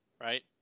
right